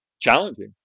Challenging